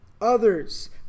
others